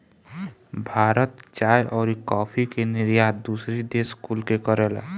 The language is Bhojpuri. भारत चाय अउरी काफी के निर्यात दूसरी देश कुल के करेला